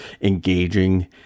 engaging